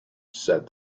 said